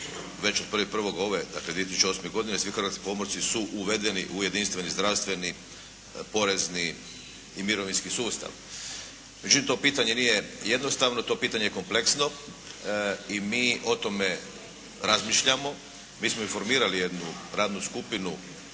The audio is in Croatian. već od 1.1. ove, dakle 2008. godine svi hrvatski pomorci su uvedeni u jedinstveni zdravstveni porezni i mirovinski sustav. Međutim, to pitanje nije jednostavno. To je pitanje kompleksno i mi o tome razmišljamo. Mi smo i formirali jednu radnu skupinu